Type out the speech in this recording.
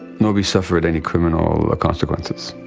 nobody suffered any criminal consequences.